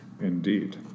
indeed